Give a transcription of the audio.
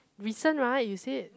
recent right you said